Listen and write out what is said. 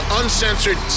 uncensored